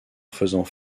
faisant